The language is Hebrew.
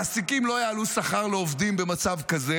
מעסיקים לא יעלו שכר לעובדים במצב כזה,